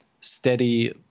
steady